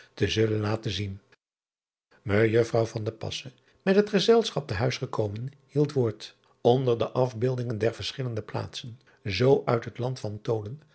te zullen laten zien ejuffrouw met het gezelschap te huis gekomen hield woord nder de afbeeldingen der verschillende plaatsen zoo uit het land van holen